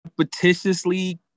repetitiously